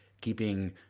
keeping